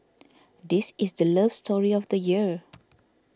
this is the love story of the year